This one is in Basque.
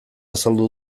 azaldu